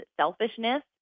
selfishness